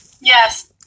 Yes